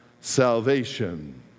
salvation